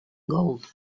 gold